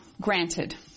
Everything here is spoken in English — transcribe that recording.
granted